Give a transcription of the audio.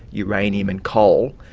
uranium and coal,